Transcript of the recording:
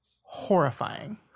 horrifying